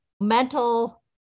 mental